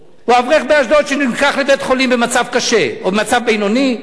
או האברך באשדוד שנלקח לבית-חולים במצב בינוני או קשה.